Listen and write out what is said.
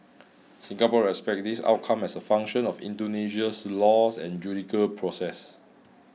Singapore respects this outcome as a function of Indonesia's laws and judicial process